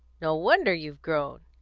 no wonder you've grown!